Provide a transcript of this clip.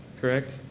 Correct